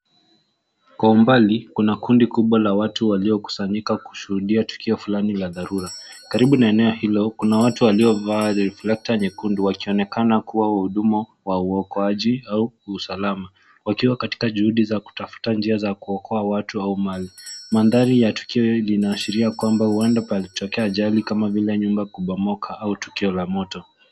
Kwa umbali kuna kundi kubwa la watu waliokusanyika kushuhudia tulip fulani la dharura. Karibu na eneo hilo kuna watu waliovaa (cs)reflector(cs) nyekundu wakionekana kuwa wahudumu wa ukoaji au usalama, wakiwa katika juhudi za Kutafuta njia za kuokoa watu au mali. Mandhari ya tukio hili linashiria kwamba huenda palitokea ajali kama vile nyumba kubomoka au tukio la moto.